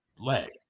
leg